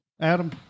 Adam